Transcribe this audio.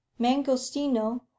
mangostino